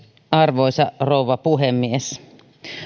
arvoisa rouva puhemies